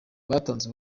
batanze